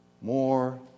More